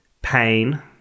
pain